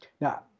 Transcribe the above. Now